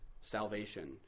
salvation